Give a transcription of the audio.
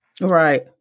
Right